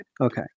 Okay